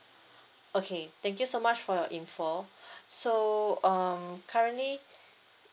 okay thank you so much for your information so um currently